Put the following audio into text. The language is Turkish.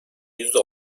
yüzde